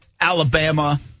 Alabama